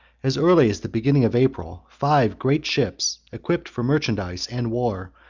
as early as the beginning of april, five great ships, equipped for merchandise and war,